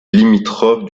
limitrophe